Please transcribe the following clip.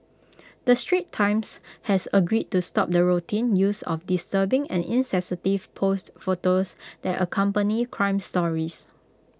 the straits times has agreed to stop the routine use of disturbing and insensitive posed photos that accompany crime stories